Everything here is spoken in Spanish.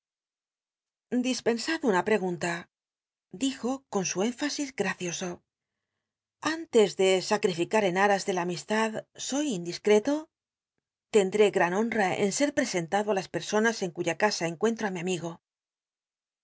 dispensad una pregunta dijo con su énfasis gmcioso antes de sacrificar en aras de la amistad soy indiscreto tendré gran honra en ser presentado á las personas en cuya casa encuentro á mi amigo